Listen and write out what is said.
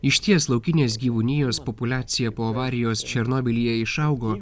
išties laukinės gyvūnijos populiacija po avarijos černobylyje išaugo